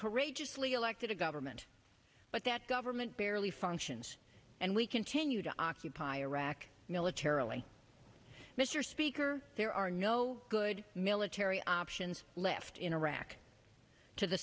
courageously elected a government but that government barely functions and we continue to occupy iraq militarily mr speaker there are no good military options left in iraq to the